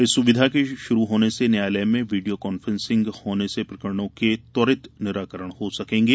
इस सुविधा के शुरू होने से न्यायालय में वीडिओ कांफ्रेंसिग होने से प्रकरणों के त्वरित निराकरण हो सकेंगे